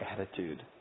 attitude